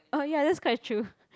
oh ya that's quite true